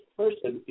person